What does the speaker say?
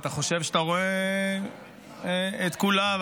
ואתה חושב שאתה רואה את כולם,